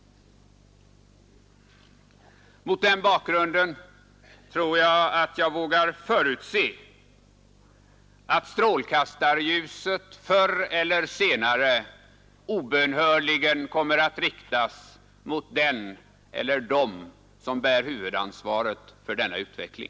Mot den bakgrunden tror jag att jag vågar förutse att strålkastarljuset förr eller senare obönhörligen kommer att riktas mot den eller dem som bär huvudansvaret för denna utveckling.